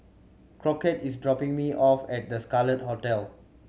Crockett is dropping me off at The Scarlet Hotel